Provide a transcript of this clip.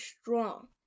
strong